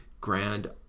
grand